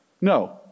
No